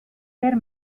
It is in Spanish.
ser